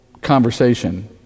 conversation